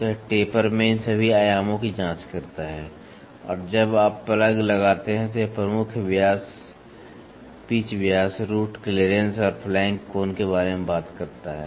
तो यह टेपर में इन सभी आयामों की जांच करता है और जब आप प्लग लगाते हैं तो यह प्रमुख व्यास पिच व्यास रूट क्लीयरेंस लीड और फ्लैंक कोण के बारे में बात करता है